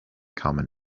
common